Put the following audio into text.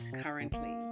currently